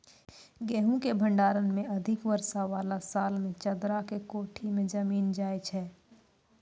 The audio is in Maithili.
गेहूँ के भंडारण मे अधिक वर्षा वाला साल मे चदरा के कोठी मे जमीन जाय छैय?